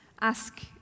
ask